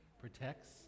protects